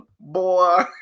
boy